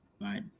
right